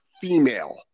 female